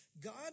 God